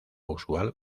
usual